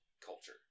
culture